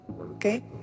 Okay